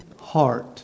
heart